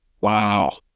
Wow